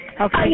Okay